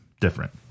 different